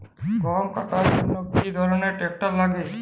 গম কাটার জন্য কি ধরনের ট্রাক্টার লাগে?